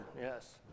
yes